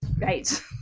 Right